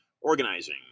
Organizing